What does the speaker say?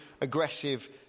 aggressive